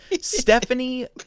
Stephanie